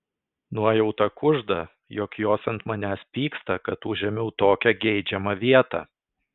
nuojauta kužda jog jos ant manęs pyksta kad užėmiau tokią geidžiamą vietą